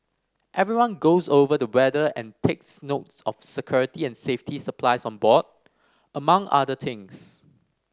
everyone goes over the weather and takes note of security and safety supplies on board among other things